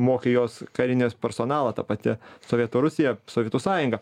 mokė jos karinį personalą ta pati sovietų rusija sovietų sąjunga